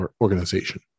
organization